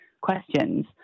questions